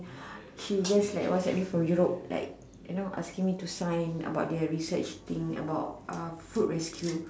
she just WhatsApp me from Europe like you know asking me to sign about their research thing about food rescue